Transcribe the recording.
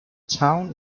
town